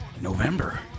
November